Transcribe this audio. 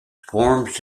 forms